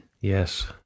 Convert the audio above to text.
Yes